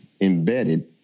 embedded